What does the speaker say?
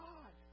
God